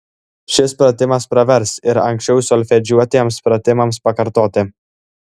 šis pratimas pravers ir anksčiau solfedžiuotiems pratimams pakartoti